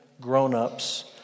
grown-ups